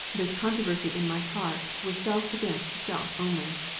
this controversy in my heart was self against self only.